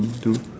into